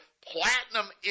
Platinum